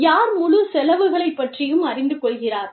யார் முழு செலவுகளைப் பற்றியும் அறிந்து கொள்கிறார்